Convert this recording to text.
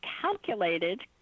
calculated –